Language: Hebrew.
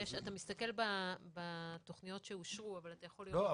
אתה מסתכל בתכניות שאושרו אבל -- לא,